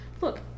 Look